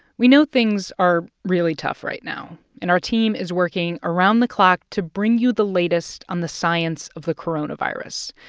we know things are really tough right now. and our team is working around the clock to bring you the latest on the science of the coronavirus.